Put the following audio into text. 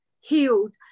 healed